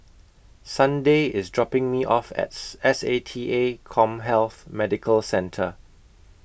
Sunday IS dropping Me off as S A T A Commhealth Medical Centre